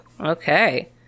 Okay